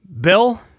Bill